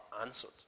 answered